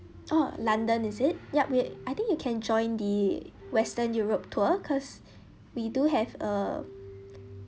oh london is it yup we I think you can join the western europe tour because we do have a